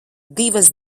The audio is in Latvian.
divas